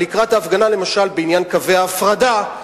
ולקראת ההפגנה, למשל, בעניין קווי ההפרדה,